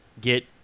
get